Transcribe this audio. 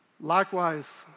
Likewise